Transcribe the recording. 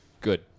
Good